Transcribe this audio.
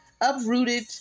uprooted